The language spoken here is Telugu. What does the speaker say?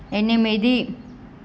ఎనిమిది